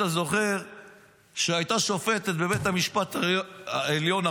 אתה זוכר שהייתה שופטת בבית המשפט העליון,